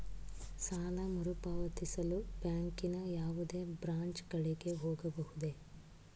ಸಾಲ ಮರುಪಾವತಿಸಲು ಬ್ಯಾಂಕಿನ ಯಾವುದೇ ಬ್ರಾಂಚ್ ಗಳಿಗೆ ಹೋಗಬಹುದೇ?